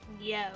Yo